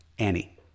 Annie